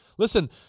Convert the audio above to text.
Listen